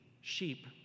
sheep